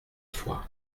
fois